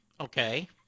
Okay